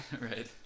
right